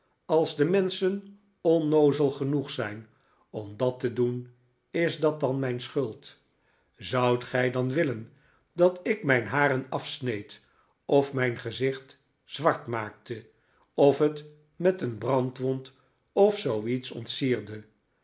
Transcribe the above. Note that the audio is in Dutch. als de menschen onnoozel genoeg zijn om dat te doen is dat dan mijn schuld zoudt gij dan willen dat ik mijn haren afsneed of mijn gezicht zwart maakte of het met een brandwond of zooiets